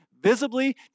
visibly